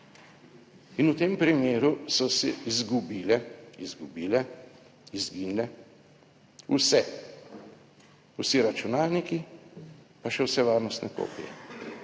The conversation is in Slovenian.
In v tem primeru so se izgubile, izgubile, izginile vse, vsi računalniki, pa še vse varnostne kopije.